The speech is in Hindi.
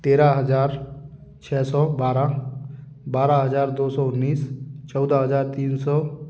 तेरह हजार छः सौ बारह बारह हजार दो सौ उन्नीस चौदह हजार तीन सौ